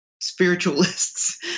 spiritualists